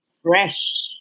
Fresh